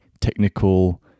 technical